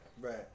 Right